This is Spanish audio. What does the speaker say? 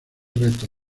reto